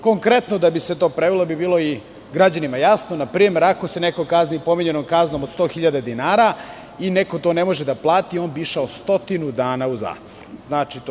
Konkretno da kada bi se to prevelo, da bi bilo i građanima jasno, npr. ako se neko kazni pominjanom kaznom od 100 hiljada dinara i to neko ne može da plati on bi išao stotinu dana u zatvor.